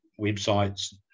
websites